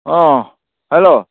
অঁ হেল্ল'